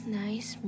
nice